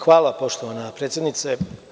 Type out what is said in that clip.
Hvala poštovana predsednice.